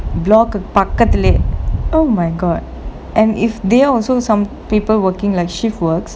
block பக்கத்துலேயே:pakkathulayae oh my god and if they are also some people working like shift works